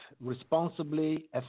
responsibly